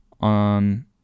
on